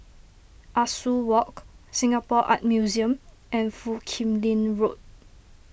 Ah Soo Walk Singapore Art Museum and Foo Kim Lin Road